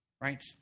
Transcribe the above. right